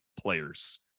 players